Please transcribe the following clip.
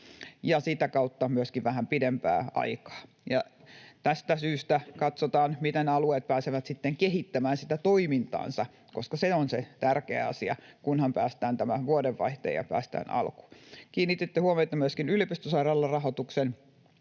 ja sitä kautta myöskin vähän pidempää aikaa. Tästä syystä katsotaan, miten alueet pääsevät kehittämään toimintaansa, koska se on se tärkeä asia, kunhan päästään tämän vuodenvaihteen yli ja päästään alkuun. Kiinnititte huomiota myöskin yliopistosairaalarahoituksen